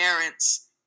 parents